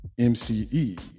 MCE